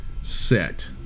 set